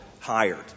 hired